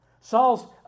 Saul's